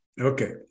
Okay